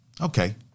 Okay